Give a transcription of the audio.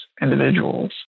individuals